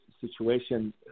situation